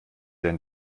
denn